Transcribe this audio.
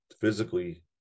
physically